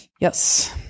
Yes